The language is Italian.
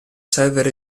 server